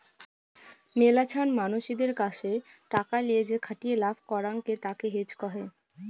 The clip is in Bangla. মেলাছান মানসিদের কাসে টাকা লিয়ে যেখাটিয়ে লাভ করাঙকে তাকে হেজ কহে